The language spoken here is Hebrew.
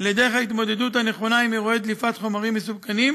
לדרך ההתמודדות הנכונה עם אירועי דליפת חומרים מסוכנים,